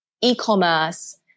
e-commerce